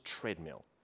treadmill